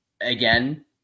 again